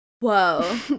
whoa